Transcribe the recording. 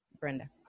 Brenda